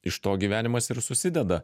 iš to gyvenimas ir susideda